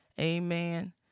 amen